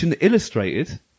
Illustrated